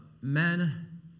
Men